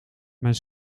mijn